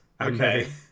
Okay